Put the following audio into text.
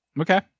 Okay